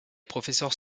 professeurs